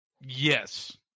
Yes